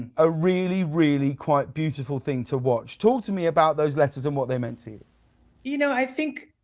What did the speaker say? a really, really quite beautiful thing to watch. talk to me about those letters and what they meant to you. you know, i think,